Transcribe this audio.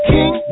King